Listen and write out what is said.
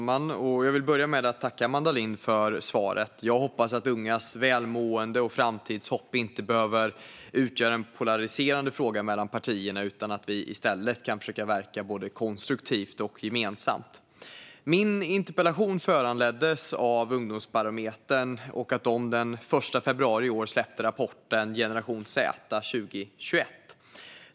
Fru talman! Jag vill börja med att tacka Amanda Lind för svaret. Jag hoppas att ungas välmående och framtidshopp inte behöver utgöra en polariserande fråga mellan partierna utan att vi i stället kan försöka verka konstruktivt och gemensamt. Min interpellation föranleddes av att Ungdomsbarometern den 1 februari i år släppte rapporten Generation Z 2021 .